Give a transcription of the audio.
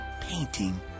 painting